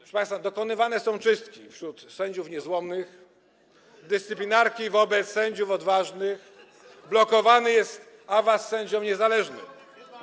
Proszę państwa, dokonywane są czystki wśród sędziów niezłomnych, dyscyplinarki wobec sędziów odważnych, blokowany jest awans sędziom niezależnym.